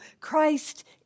Christ